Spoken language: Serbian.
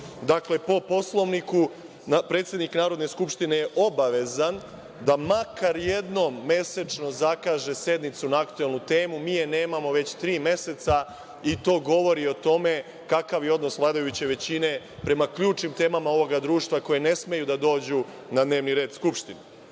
Srbije. Dakle, po Poslovniku, predsednik Narodne skupštine je obavezan da makar jednom mesečno zakaže sednicu na aktuelnu temu. Mi je nemamo već tri meseca i to govori o tome kakav je odnos vladajuće većine prema ključnim temama ovog društva koji ne smeju da dođu na dnevni red Skupštine. Pitanje